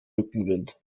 rückenwind